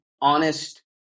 honest